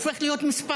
הופך להיות מספר.